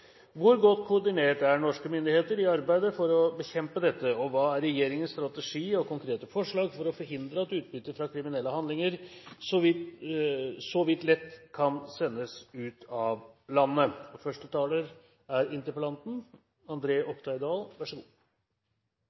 Hvor godt koordinert er norske myndigheter i arbeidet for å bekjempe denne form for kriminalitet? Hva er regjeringens strategi og forslag fremover for å forhindre at utbytte fra kriminelle handlinger så vidt lett kan sendes ut av landet? Finansministeren har varslet en holdning, og